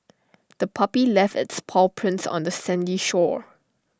the puppy left its paw prints on the sandy shore